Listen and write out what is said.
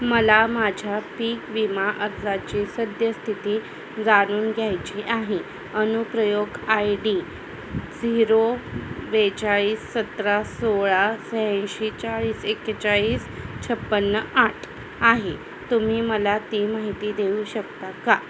मला माझ्या पीक विमा अर्जाची सद्यस्थिती जाणून घ्यायची आहे अनुप्रयोग आय डी झिरो बेचाळीस सतरा सोळा शहाऐंशी चाळीस एक्केचाळीस छप्पन्न आठ आहे तुम्ही मला ती माहिती देऊ शकता का